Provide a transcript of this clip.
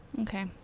Okay